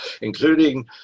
including